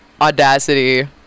audacity